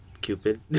Cupid